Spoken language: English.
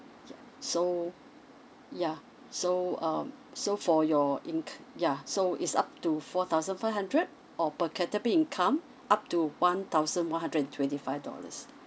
ya so ya so um so for your inc~ ya so it's up to four thousand five hundred or per capita income up to one thousand one hundred and twenty five dollars